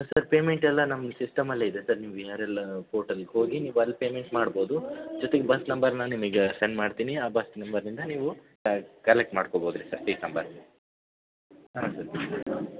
sir payment ಎಲ್ಲ ನಮ್ಮ ಸಿಸ್ಟಮಲ್ಲೇ ಇದೆ ಸರ್ ನೀವು ವಿ ಆರ್ ಎಲ್ ಪೋರ್ಟಲ್ಗೆ ಹೋಗಿ ನೀವು ಅಲ್ಲಿ ಪೇಮೆಂಟ್ ಮಾಡ್ಬೌದು ಜೊತೆಗೆ ಬಸ್ ನಂಬರನ್ನ ನಿಮಗೆ ಸೆಂಡ್ ಮಾಡ್ತೀನಿ ಆ ಬಸ್ ನಂಬರ್ನಿಂದ ನೀವು ಕಲೆಕ್ಟ್ ಮಾಡ್ಕೋಬೌದ್ರಿ ಸರ್ ಸೀಟ್ ನಂಬರ್ ಹಾಂ ಸರ್